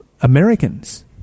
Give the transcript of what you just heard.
Americans